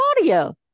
audio